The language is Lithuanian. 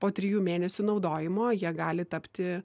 po trijų mėnesių naudojimo jie gali tapti